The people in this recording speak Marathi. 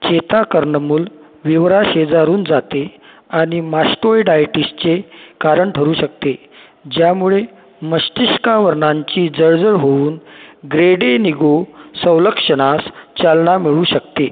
चेता कर्णमुल विवराशेजारून जाते आणि मास्टोयडायटीसचे कारण ठरू शकते ज्यामुळे मस्तिष्कावरणांची जळजळ होऊन ग्रेडेनिगो संलक्षणास चालना मिळू शकते